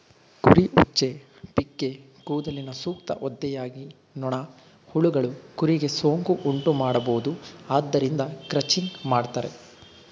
ಕುರಿ ಉಚ್ಚೆ, ಪಿಕ್ಕೇ ಕೂದಲಿನ ಸೂಕ್ತ ಒದ್ದೆಯಾಗಿ ನೊಣ, ಹುಳಗಳು ಕುರಿಗೆ ಸೋಂಕು ಉಂಟುಮಾಡಬೋದು ಆದ್ದರಿಂದ ಕ್ರಚಿಂಗ್ ಮಾಡ್ತರೆ